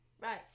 Right